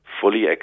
fully